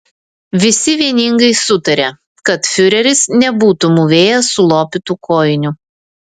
visi vieningai sutarė kad fiureris nebūtų mūvėjęs sulopytų kojinių